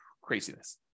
Craziness